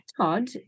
Todd